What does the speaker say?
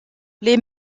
les